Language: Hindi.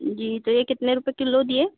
जी तो यह कितने रुपये किलो दिए